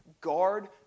Guard